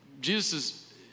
Jesus